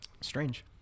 Strange